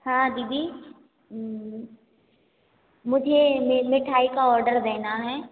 हाँ दीदी मुझे में मिठाई का ऑर्डर देना है